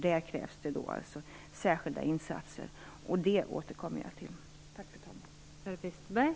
Där krävs det särskilda insatser, och det återkommer jag till.